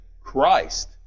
Christ